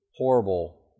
Horrible